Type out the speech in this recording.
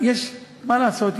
מה לעשות,